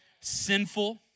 sinful